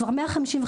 כבר 155,